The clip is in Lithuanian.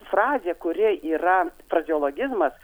frazė kuri yra frazeologizmas